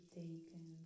taken